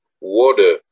water